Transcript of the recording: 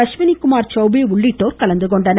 அஸ்வினி குமார் சௌபே உள்ளிட்டோர் கலந்து கொண்டனர்